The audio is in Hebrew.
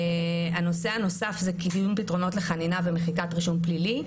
הנושא הנוסף זה קידום פתרונות לחנינה ומחיקת רישום פלילי.